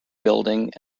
building